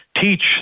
teach